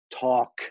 talk